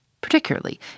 particularly